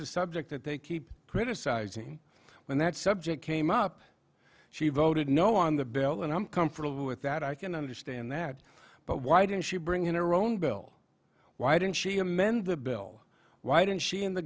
the subject that they keep criticizing when that subject came up she voted no on the bill and i'm comfortable with that i can understand that but why didn't she bring in iran bill why didn't she amend the bill why didn't she and the